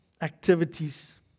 activities